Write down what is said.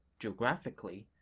geographically,